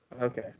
Okay